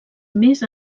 més